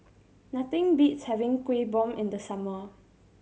nothing beats having Kuih Bom in the summer